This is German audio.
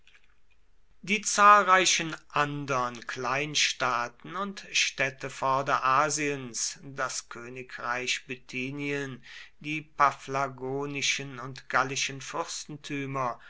die zahlreichen andern kleinstaaten und städte vorderasiens das königreich bithynien die paphlagonischen und gallischen